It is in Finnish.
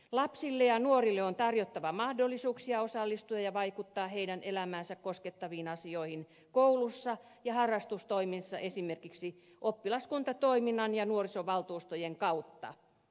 lapsille ja nuorille on tarjottava mahdollisuuksia osallistua ja vaikuttaa heidän elämäänsä koskettaviin asioihin koulussa ja harrastustoiminnassa esimerkiksi oppilaskuntatoiminnan ja nuorisovaltuustojen kautta